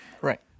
Right